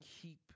keep